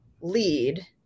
lead